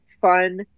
fun